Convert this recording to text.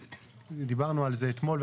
דיברנו על זה אתמול,